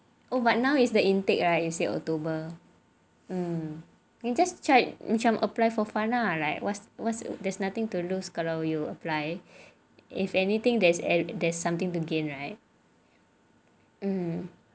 oh but now is the intake right you said october you just check macam apply for fun lah like what's what's it there's nothing to lose kalau you apply if anything there's a there's something to gain right hmm